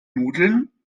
nudeln